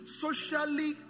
socially